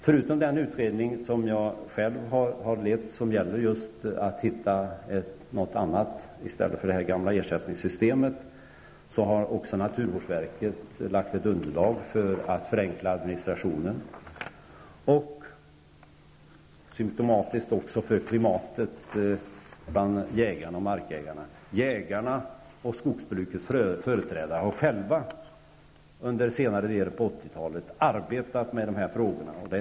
Förutom den utredning som jag själv har lett, som gäller att hitta något annat i stället för detta gamla ersättningssystem, har även naturvårdsverket lagt fram ett underlag för att förenkla administrationen och för att förbättra klimatet bland jägarna och markägarna. Jägarna och skogsbrukets företrädare har själva under senare delen av 1980-talet arbetat med de här frågorna.